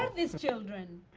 these children?